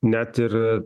net ir